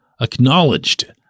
acknowledged